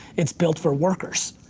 it's built for workers.